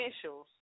officials